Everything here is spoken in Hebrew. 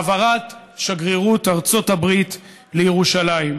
העברת שגרירות ארצות הברית לירושלים.